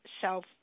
self